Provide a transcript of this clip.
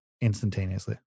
instantaneously